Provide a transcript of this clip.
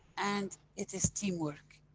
and, it is teamwork.